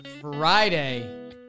Friday